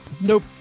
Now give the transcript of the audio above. nope